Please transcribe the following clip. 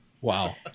Wow